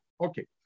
Okay